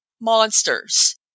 monsters